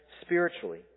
spiritually